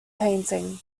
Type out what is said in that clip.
painting